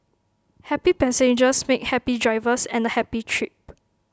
happy passengers make happy drivers and A happy trip